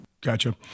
Gotcha